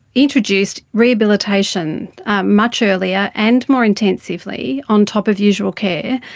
introduced rehabilitation much earlier and more intensively on top of usual care,